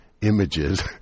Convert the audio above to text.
images